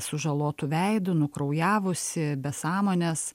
sužalotu veidu nukraujavusi be sąmonės